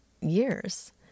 years